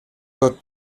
тот